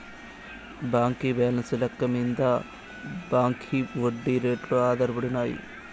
బాంకీ బాలెన్స్ లెక్క మింద బాంకీ ఒడ్డీ రేట్లు ఆధారపడినాయి